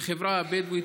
את החברה הבדואית,